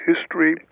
History